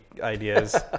ideas